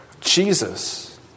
Jesus